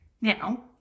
Now